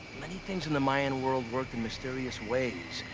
many things in the mayan world work in mysterious ways.